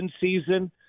season